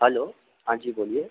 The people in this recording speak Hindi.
हलो हाँ जी बोलिए